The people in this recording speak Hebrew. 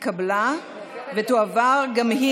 התש"ף 2020, התקבלה, ותועבר גם היא